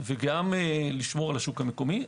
וגם לשמור על השוק המקומי.